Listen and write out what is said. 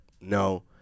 No